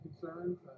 concerns